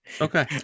Okay